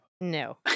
No